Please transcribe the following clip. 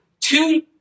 two